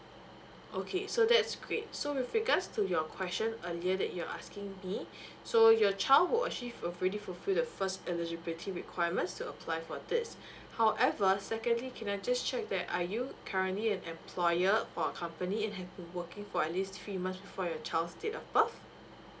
okay so that's great so with regards to your question earlier that you're asking me so your child will actually already fulfill the first eligibility requirements to apply for this however secondly can I just check that are you currently an employer for a company and have been working for at least three months before your child's date of birth